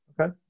Okay